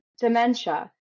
dementia